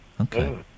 okay